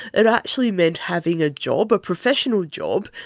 it actually meant having a job, a professional job,